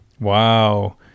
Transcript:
Wow